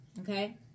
Okay